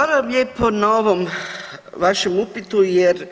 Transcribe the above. Hvala vam lijepo na ovom vašem upitu jer